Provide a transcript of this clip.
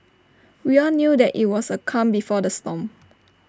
we all knew that IT was the calm before the storm